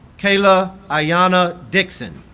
kayla iyanna dixon